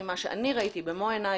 מה שאני ראיתי במו עיני,